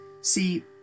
See